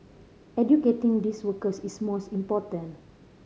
educating these workers is most important